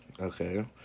Okay